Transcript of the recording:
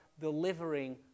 delivering